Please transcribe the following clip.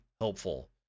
helpful